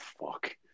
Fuck